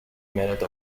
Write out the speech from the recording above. minute